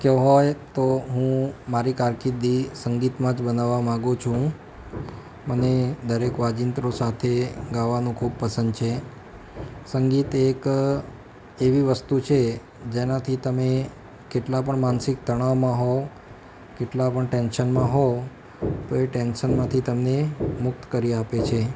શક્ય હોય તો હું મારી કારકિર્દી સંગીતમાં જ બનાવવા માગું છું મને દરેક વાજીંત્રો સાથે ગાવાનું ખૂબ પસંદ છે સંગીત એક એવી વસ્તુ છે જેનાથી તમે કેટલા પણ માનસિક તણાવમાં હોવ કેટલાં પણ ટેન્શનમાં હોવ તો એ ટેન્શનમાંથી તમને મુક્ત કરી આપે છે